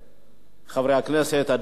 חברי הכנסת, אדוני השר,